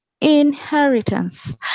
inheritance